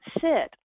sit